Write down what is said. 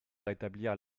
rétablir